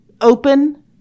open